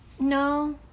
no